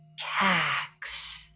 Cax